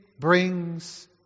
brings